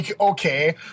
okay